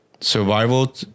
survival